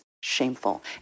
shameful